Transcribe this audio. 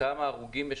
כמה הרוגים יש